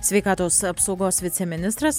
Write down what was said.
sveikatos apsaugos viceministras